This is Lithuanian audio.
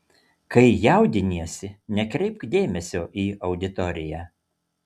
kai jaudiniesi nekreipk dėmesio į auditoriją